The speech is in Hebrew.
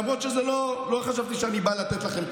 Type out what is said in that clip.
למרות שלא חשבתי שאני בא לתת לכם קורס.